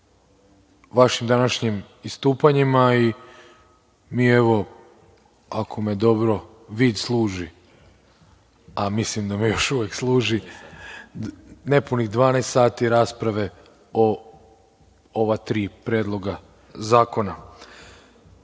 vašim današnjim istupanjima. Ako me dobro vid služi, a mislim da me još uvek služi, imali smo nepunih 12 sati rasprave o ova tri predloga zakona. Zbog